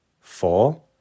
four